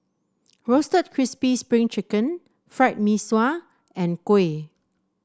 Roasted Crispy Spring Chicken Fried Mee Sua and Kuih